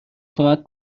کمک